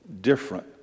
different